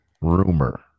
Rumor